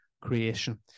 creation